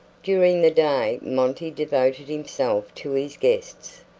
during the day monty devoted himself to his guests,